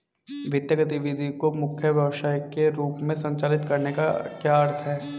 वित्तीय गतिविधि को मुख्य व्यवसाय के रूप में संचालित करने का क्या अर्थ है?